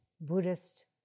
Buddhist